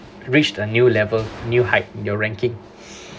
reached a new level new height your ranking